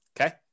okay